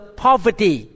poverty